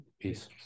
Peace